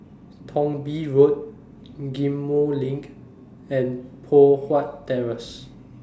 Thong Bee Road Ghim Moh LINK and Poh Huat Terrace